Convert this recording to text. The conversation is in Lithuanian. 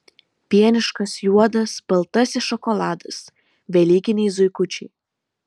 pieniškas juodasis baltasis šokoladas velykiniai zuikučiai